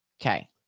Okay